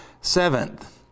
Seventh